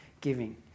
giving